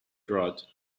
draught